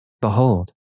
Behold